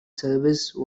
service